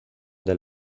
del